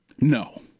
No